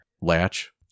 latch